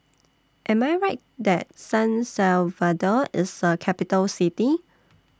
Am I Right that San Salvador IS A Capital City